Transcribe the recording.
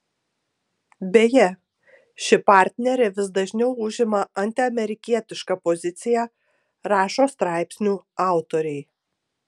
beje ši partnerė vis dažniau užima antiamerikietišką poziciją rašo straipsnių autoriai